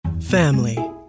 family